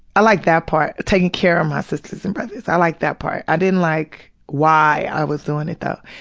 i liked that part, taking care of my sisters and brothers. i liked that part. i didn't like why i was doing it, though.